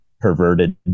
perverted